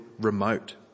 remote